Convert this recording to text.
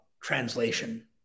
translation